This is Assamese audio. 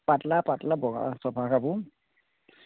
পাতলা পাতলা বগা চফা কাপোৰ